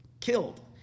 killed